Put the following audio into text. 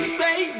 baby